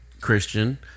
Christian